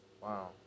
Wow